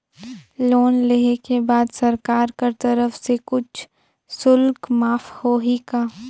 Loan लेहे के बाद सरकार कर तरफ से कुछ शुल्क माफ होही का?